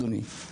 אדוני,